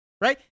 right